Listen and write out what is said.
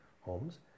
homes